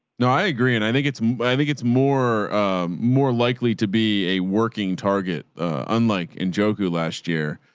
no, i agree. and i think it's, but i think it's more, i'm more likely to be a working target unlike in joko last year.